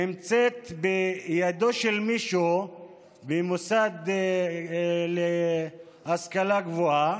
נמצאת בידו של מישהו במוסד להשכלה גבוהה,